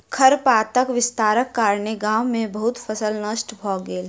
खरपातक विस्तारक कारणेँ गाम में बहुत फसील नष्ट भ गेल